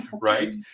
Right